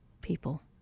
people